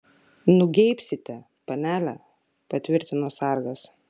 nugeibsite panele patvirtino sargas